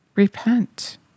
Repent